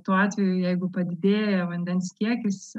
tuo atveju jeigu padidėja vandens kiekis